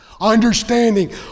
Understanding